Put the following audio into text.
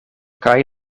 kaj